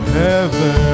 heaven